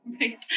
right